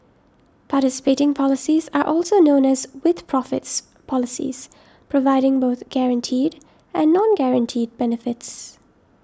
participating policies are also known as 'with profits' policies providing both guaranteed and non guaranteed benefits